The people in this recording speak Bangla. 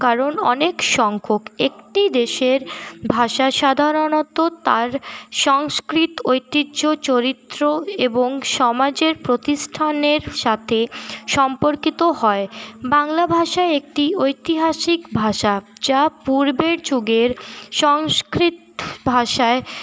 কারণ অনেক সংখ্যক একটি দেশের ভাষা সাধারণত তার সংস্কৃত ঐতিহ্য চরিত্র এবং সমাজের প্রতিষ্ঠানের সাথে সম্পর্কিত হয় বাংলা ভাষা একটি ঐতিহাসিক ভাষা যা পূর্বের যুগের সংস্কৃত ভাষায়